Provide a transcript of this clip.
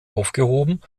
aufgehoben